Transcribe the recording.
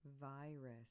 virus